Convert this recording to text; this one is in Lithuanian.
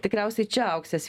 tikriausiai čia auksės